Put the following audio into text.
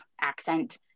accent